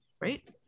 right